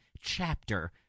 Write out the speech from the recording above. chapter